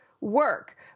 work